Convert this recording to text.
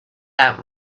out